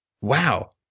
wow